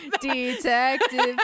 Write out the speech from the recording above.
detective